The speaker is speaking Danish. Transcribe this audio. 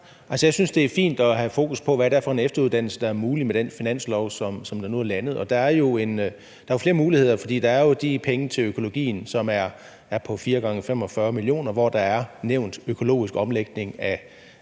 Jeg synes, det er fint at have fokus på, hvad for en efteruddannelse der er mulig med den finanslov, som nu er landet. Og der er jo flere muligheder. Der er jo de penge – 4 x 45 mio. kr. – til økologien, og her er økologisk omlægning af de